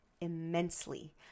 immensely